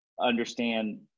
understand